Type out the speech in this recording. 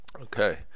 okay